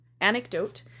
Anecdote